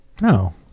No